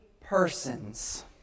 persons